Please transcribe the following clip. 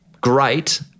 great